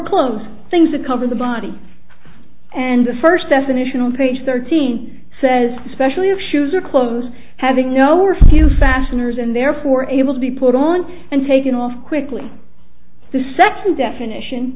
clothes things that cover the body and the first definitional page thirteen says especially of shoes or clothes having no or few fasteners and therefore able to be put on and taken off quickly the second definition